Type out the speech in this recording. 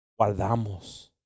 guardamos